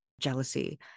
jealousy